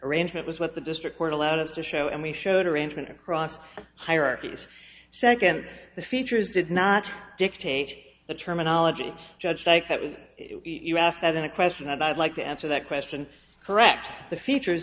arrangement was what the district court allowed us to show and we showed arrangement across hierarchies second the features did not dictate the terminology judged you asked that in a question that i would like to answer that question correct the features